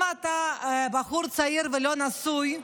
אם אתה בחור צעיר ולא נשוי,